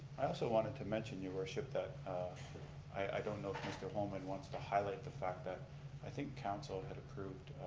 i also wanted to mention your worship that i don't know if mr. holman wants to highlight the fact that i think council had approved